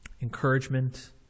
encouragement